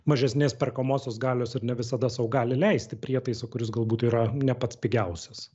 mažesnės perkamosios galios ir ne visada sau gali leisti prietaisą kuris galbūt yra ne pats pigiausias